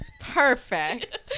Perfect